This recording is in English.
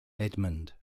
edmund